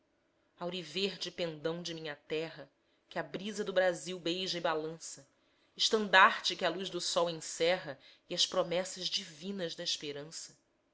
pranto auriverde pendão de minha terra que a brisa do brasil beija e balança estandarte que a luz do sol encerra e as promessas divinas da esperança